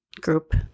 group